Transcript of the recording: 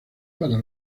para